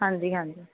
ਹਾਂਜੀ ਹਾਂਜੀ